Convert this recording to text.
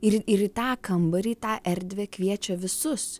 ir ir į tą kambarį tą erdvę kviečia visus